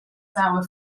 sour